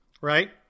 Right